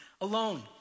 alone